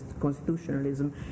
constitutionalism